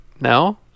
No